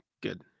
Good